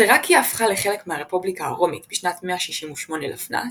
תראקיה הפכה לחלק מהרפובליקה הרומית בשנת 168 לפנה"ס,